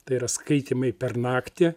tai yra skaitymai per naktį